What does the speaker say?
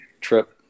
trip